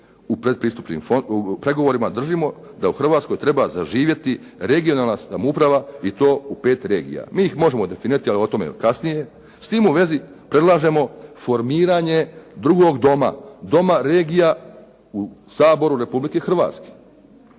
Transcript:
u pretpristupnim pregovorima držimo da u Hrvatskoj treba zaživjeti regionalna samouprava i to u pet regija. MI ih možemo definirati ali o tome kasnije. S tim u vezi predlažemo formiranje drugog doma, Doma regija u Saboru Republike Hrvatske.